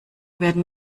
werden